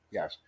Yes